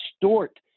distort